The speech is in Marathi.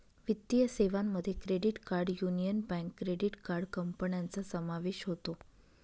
वित्तीय सेवांमध्ये credit card Union Bank credit card कंपन्यांचा समावेश होतो